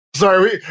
Sorry